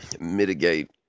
mitigate